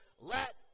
let